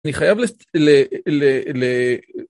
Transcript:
אני חייב ל...